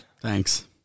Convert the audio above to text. Thanks